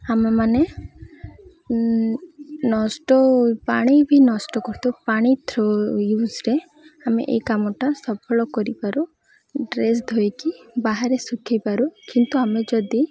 ଆମେ ମାନେ ନଷ୍ଟ ପାଣି ବି ନଷ୍ଟ କରୁଥାଉ ପାଣି ଥ୍ରୋ ୟୁଜ୍ରେ ଆମେ ଏଇ କାମଟା ସଫଳ କରିପାରୁ ଡ୍ରେସ୍ ଧୋଇକି ବାହାରେ ଶୁଖେଇପାରୁ କିନ୍ତୁ ଆମେ ଯଦି